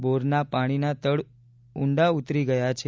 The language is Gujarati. બોરમાં પાણીના તળ ઉંડા ઉતરી ગયા છે